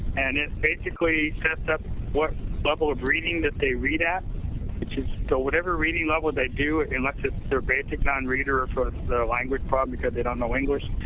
and it basically tests up what level of reading that they read at which is whatever reading level they do unless it's their basic nonreader or if their language probably because they don't know english.